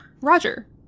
Roger